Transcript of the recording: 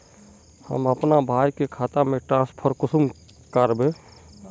हम अपना भाई के खाता में ट्रांसफर कुंसम कारबे?